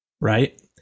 Right